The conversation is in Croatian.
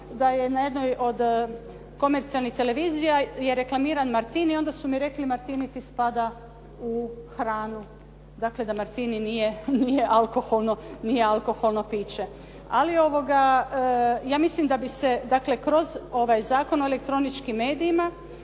da je na jednoj od komercijalnih televizija je reklamiran martini onda su mi rekli martini ti spada u hranu, dakle, da martini nije alkoholno piće. Ali ja mislim da bi se, dakle kroz ovaj Zakon o elektroničkim medijima,